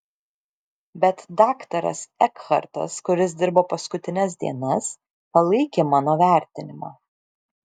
bet daktaras ekhartas kuris dirbo paskutines dienas palaikė mano vertinimą